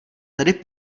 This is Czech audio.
tady